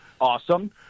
Awesome